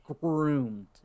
groomed